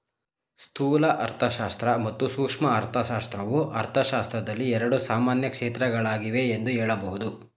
ಸ್ಥೂಲ ಅರ್ಥಶಾಸ್ತ್ರ ಮತ್ತು ಸೂಕ್ಷ್ಮ ಅರ್ಥಶಾಸ್ತ್ರವು ಅರ್ಥಶಾಸ್ತ್ರದಲ್ಲಿ ಎರಡು ಸಾಮಾನ್ಯ ಕ್ಷೇತ್ರಗಳಾಗಿವೆ ಎಂದು ಹೇಳಬಹುದು